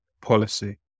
policy